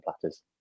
platters